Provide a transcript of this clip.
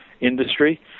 industry